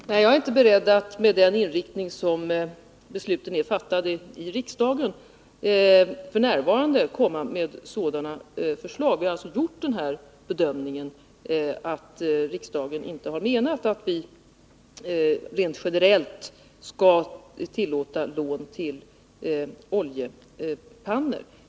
Herr talman! Nej, jag är inte beredd att f. n., med den inriktning som de i riksdagen fattade besluten har, lägga fram sådana förslag. Vi har alltså gjort bedömningen att riksdagen inte har menat att vi rent generellt skall tillåta lån till oljepannor.